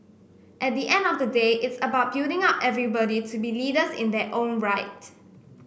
at the end of the day it's about building up everybody to be leaders in their own right